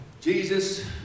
Jesus